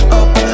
up